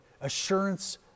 assurance